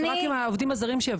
רק העובדים הזרים.